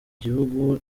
gihugu